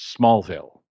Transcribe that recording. Smallville